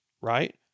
right